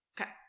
Okay